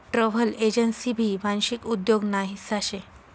travel agency भी वांशिक उद्योग ना हिस्सा शे